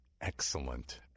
excellent